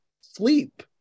sleep